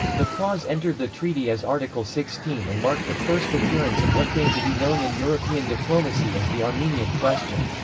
the clause entered the treaty as article sixteen and marked the first appearance of what came to be known in european diplomacy as the armenian question.